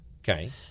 Okay